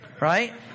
Right